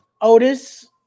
Otis